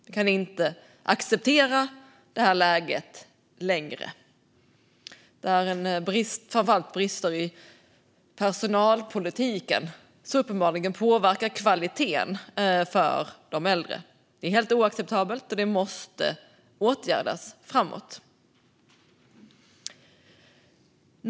Vi kan inte acceptera det här läget längre. Det är framför allt brister i personalpolitiken som uppenbarligen påverkar kvaliteten för de äldre. Det är helt oacceptabelt, och det måste åtgärdas framåt.